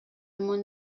món